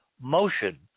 motion